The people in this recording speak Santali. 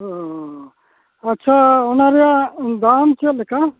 ᱚ ᱟᱪᱪᱷᱟ ᱚᱱᱟ ᱨᱮᱭᱟᱜ ᱫᱟᱢ ᱪᱮᱫ ᱞᱮᱠᱟ